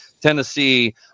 Tennessee